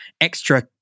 extra